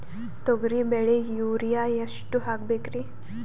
ತೊಗರಿ ಬೆಳಿಗ ಯೂರಿಯಎಷ್ಟು ಹಾಕಬೇಕರಿ?